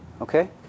Okay